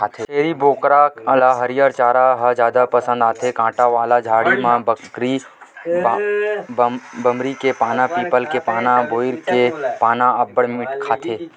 छेरी बोकरा ल हरियर चारा ह जादा पसंद आथे, कांटा वाला झाड़ी म बमरी के पाना, पीपल के पाना, बोइर के पाना ल अब्बड़ खाथे